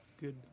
good